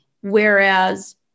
Whereas